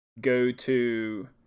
go-to